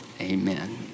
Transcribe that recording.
Amen